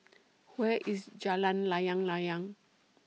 Where IS Jalan Layang Layang